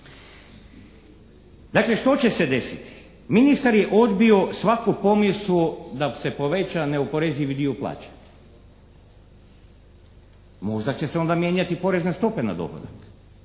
Dakle, što će se desiti? Ministar je odbio svaku pomisao da se poveća neoporezivi dio plaće. Možda će se onda mijenjati porezne stope na dohodak.